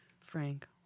Frank